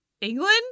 England